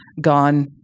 gone